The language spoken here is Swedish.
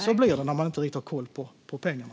Så blir det när man inte riktigt har koll på pengarna.